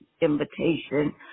invitation